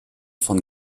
von